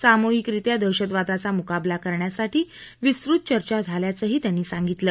सामूहिक रित्या दहशतवादाचा मुकाबला करण्यासाठी विस्तृत चर्चा झाल्याचंही त्यांनी सांगितलं